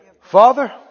Father